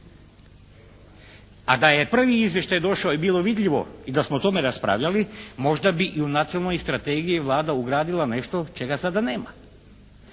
A da je prvi izvještaj došao je bilo vidljivo i da smo o tome raspravljali možda bi i u Nacionalnoj strategiji Vlada ugradila nešto čega sada nema?